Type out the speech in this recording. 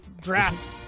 draft